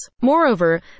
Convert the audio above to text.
Moreover